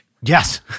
Yes